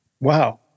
Wow